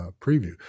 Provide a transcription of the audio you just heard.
preview